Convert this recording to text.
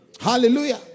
Hallelujah